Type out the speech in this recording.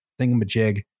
thingamajig